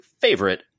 favorite